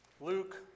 Luke